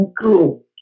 Cool